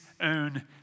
own